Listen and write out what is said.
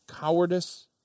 cowardice